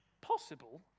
possible